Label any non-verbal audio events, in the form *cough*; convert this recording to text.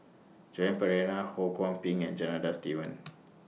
Joan Pereira Ho Kwon Ping and Janadas Devan *noise*